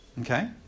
Okay